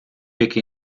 який